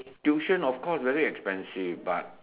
tuition of course very expensive but